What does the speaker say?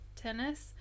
tennis